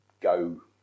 go